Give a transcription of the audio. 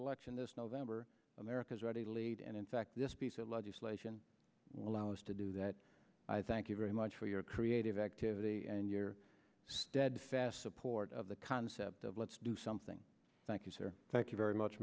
election this november america's ready to lead and in fact this piece of legislation will allow us to do that i thank you very much for your creative activity and your steadfast support of the concept of let's do something thank you thank you very much